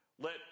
Let